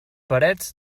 parets